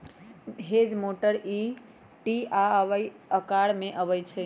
hedge mower T आ Y के अकार में अबई छई